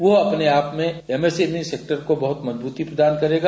वह अपने आप में एमएसएमई सेक्टर को मजबूती प्रदान करेगा